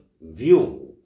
view